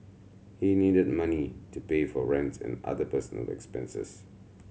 he needed money to pay for rents and other personal expenses